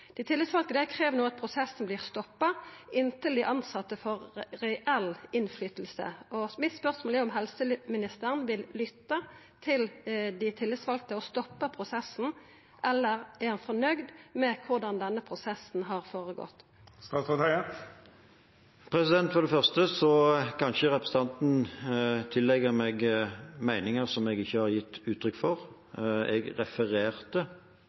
Dei tillitsvalde krev no at prosessen vert stoppa inntil dei tilsette får reell innflytelse. Mitt spørsmål er om helseministeren vil lytta til dei tillitsvalde og stoppa prosessen. Eller er han fornøgd med korleis denne prosessen har gått føre seg? For det første kan ikke representanten tillegge meg meninger som jeg ikke har gitt uttrykk for. Jeg refererte